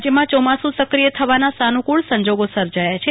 રાજ્યમાં યોમાસું સક્રિય થવાના સાનુકુળ સંજોગ સર્જાયા છે